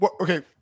Okay